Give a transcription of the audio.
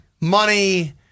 Money